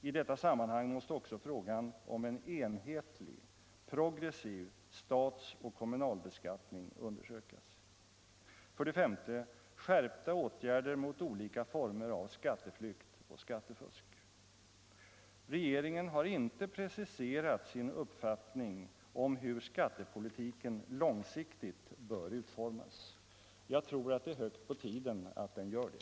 I detta sammanhang måste också frågan om en enhetlig, progressiv statsoch kommunalbeskattning undersökas. 5. Skärpta åtgärder mot olika former av skatteflykt och skattefusk. Regeringen har inte preciserat sin uppfattning om hur skattepolitiken långsiktigt bör utformas. Jag tycker att det är hög tid att den gör det.